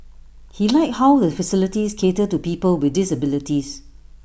he liked how the facilities cater to people with disabilities